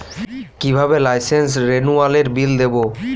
কিভাবে লাইসেন্স রেনুয়ালের বিল দেবো?